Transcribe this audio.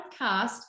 podcast